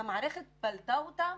המערכת פלטה אותם,